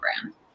brand